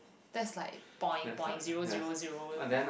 that's like point point zero zero zero